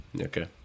Okay